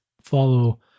follow